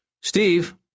Steve